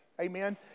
amen